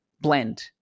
blend